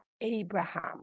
Abraham